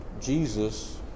Jesus